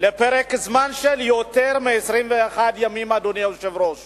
פרק זמן של יותר מ-21 ימים, אדוני היושב-ראש